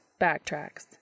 Backtracks